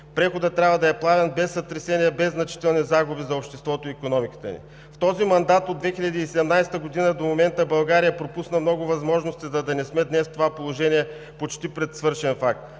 Преходът трябва да е плавен, без сътресения, без значителни загуби за обществото и икономиката ни. В този мандат от 2017 г. до момента България пропусна много възможности да не сме днес в това положение, почти пред свършен факт.